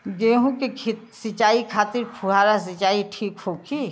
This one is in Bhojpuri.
गेहूँ के सिंचाई खातिर फुहारा सिंचाई ठीक होखि?